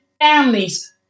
families